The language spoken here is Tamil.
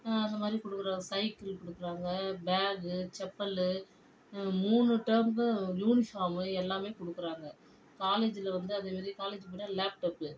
அந்த மாதிரி கொடுக்குறாங்க சைக்கிள் கொடுக்குறாங்க பேக்கு செப்பலு மூணு டேர்ம்பு யூனிஃபார்மு எல்லாமே கொடுக்குறாங்க காலேஜில் வந்து அதே மாரி காலேஜிக்கு போனால் லேப்டாப்பு